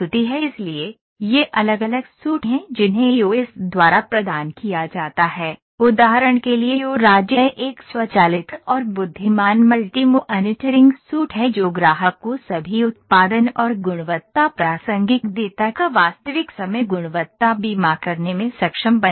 इसलिए ये अलग अलग सूट हैं जिन्हें ईओएस द्वारा प्रदान किया जाता है उदाहरण के लिए ईओ राज्य यह एक स्वचालित और बुद्धिमान मल्टी मॉनिटरिंग सूट है जो ग्राहक को सभी उत्पादन और गुणवत्ता प्रासंगिक डेटा का वास्तविक समय गुणवत्ता बीमा करने में सक्षम बनाता है